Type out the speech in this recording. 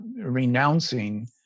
renouncing